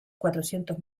cuatrocientos